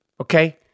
okay